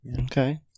Okay